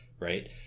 Right